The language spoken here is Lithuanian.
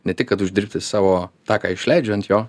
ne tik kad uždirbti savo ta ką išleidžia ant jo